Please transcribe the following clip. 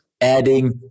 adding